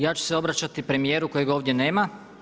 Ja ću se obraćati premijeru kojeg ovdje nema.